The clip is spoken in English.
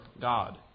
God